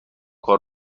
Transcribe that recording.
کار